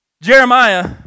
Jeremiah